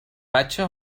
بچه